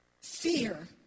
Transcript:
Fear